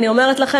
אני אומרת לכם,